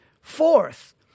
Fourth